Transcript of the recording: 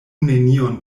nenion